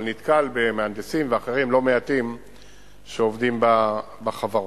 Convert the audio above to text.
אבל נתקל במהנדסים ואחרים לא מעטים שעובדים בחברות.